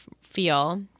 feel